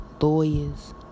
lawyers